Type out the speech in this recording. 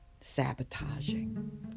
Sabotaging